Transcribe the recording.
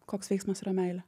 koks veiksmas yra meilė